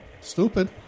Stupid